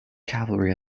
cavalry